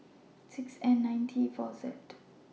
six N nine T four Z